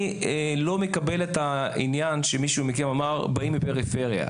לא מקבל את העניין שמישהו מכם אמר באים מהפריפריה.